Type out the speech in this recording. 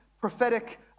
prophetic